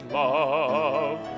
love